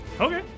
Okay